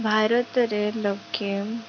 ଭାରତରେ ଲୋକେ